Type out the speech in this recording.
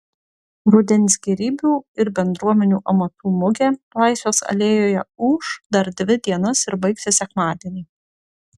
rudens gėrybių ir bendruomenių amatų mugė laisvės alėjoje ūš dar dvi dienas ir baigsis sekmadienį